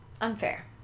unfair